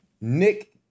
Nick